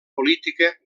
política